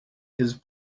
his